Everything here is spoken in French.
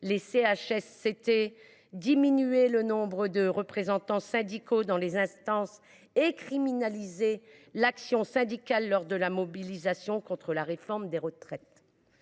(CHSCT), diminué le nombre de représentants syndicaux dans les instances et criminalisé l’action syndicale lors de la mobilisation contre la réforme des retraites.